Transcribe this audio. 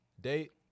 Date